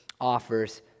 offers